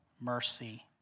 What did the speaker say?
mercy